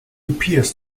appears